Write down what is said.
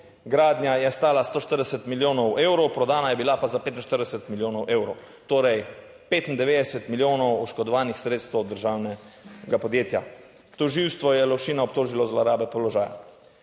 Gradnja je stala 140 milijonov evrov, prodana je bila pa za 45 milijonov evrov, torej 95 milijonov oškodovanih sredstev državnega podjetja. Tožilstvo je Lovšina obtožilo zlorabe položaja.